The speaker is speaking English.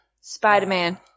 Spider-Man